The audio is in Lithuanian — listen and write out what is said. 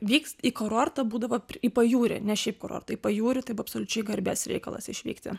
vyks į kurortą būdavo į pajūrį ne šiaip kurortą į pajūrį tai buvo absoliučiai garbės reikalas išvykti